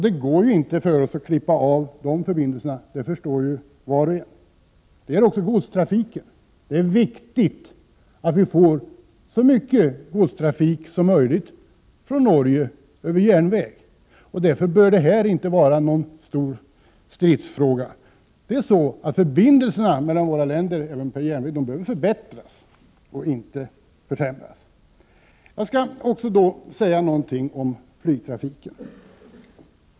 Det går inte för oss att klippa av de förbindelserna, det förstår var och en. Det gäller också godstrafiken. Det är viktigt att så mycket som möjligt av godset mellan Norge och Sverige transporteras på järnväg. Därför bör det här inte vara någon stor stridsfråga. Järnvägsförbindelserna mellan Sverige och Norge behöver förbättras, inte försämras. Sedan också något om flygtrafiken.